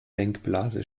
denkblase